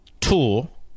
tool